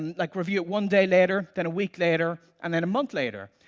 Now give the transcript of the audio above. like review it one day later, then a week later and then a month later.